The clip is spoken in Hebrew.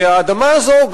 והאדמה הזאת,